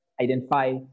identify